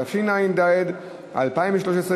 התשע"ד 2013,